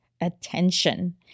attention